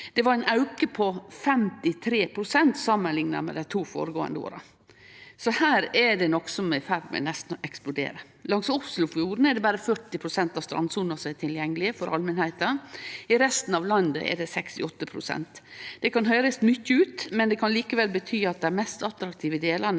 Det var ein auke på 53 pst. samanlikna med dei to føregåande åra, så her er det noko som nesten er i ferd med å eksplodere. Langs Oslofjorden er det berre 40 pst. av strandsona som er tilgjengeleg for allmenta. I resten av landet er det 68 pst. Det kan høyrest mykje ut, men det kan likevel bety at dei mest attraktive delane